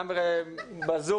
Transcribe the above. גם בזום,